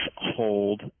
hold